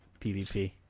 pvp